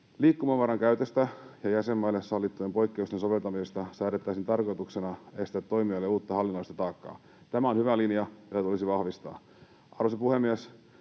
Liikkumavaran käytöstä ja jäsenmaille sallittujen poikkeusten soveltamisesta säädettäisiin tarkoituksena estää toimijoille koituvaa uutta hallinnollista taakkaa. Tämä on hyvä linja, ja tätä tulisi vahvistaa. Arvoisa puhemies!